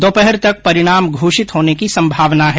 दोपहर तक परिणाम घोषित होने की संभावना है